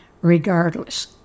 regardless